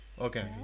okay